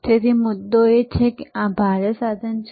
તેથી મુદ્દો એ છે કે આ ભારે સાધનો છે